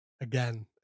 again